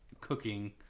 cooking